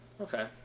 Okay